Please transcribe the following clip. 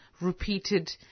repeated